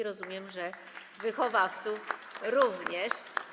Rozumiem, że wychowawców również.